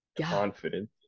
confidence